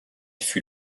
fut